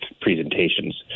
presentations